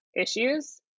issues